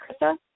Krista